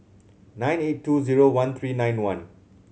nine eight two zero one three nine one